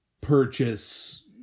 purchase